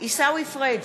עיסאווי פריג'